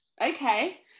Okay